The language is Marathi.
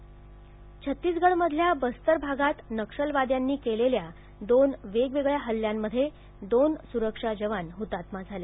छतीसगड नक्षलवादी छत्तीसगडमधल्या बस्तर भागात नक्षलवाद्यांनी केलेल्या दोन वेगवेगळ्या हल्ल्यांमध्ये दोन स्रक्षा जवान ह्तात्मा झाले